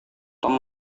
tom